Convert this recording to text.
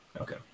Okay